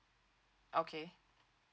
okay